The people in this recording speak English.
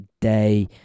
day